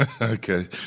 Okay